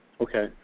Okay